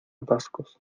atascos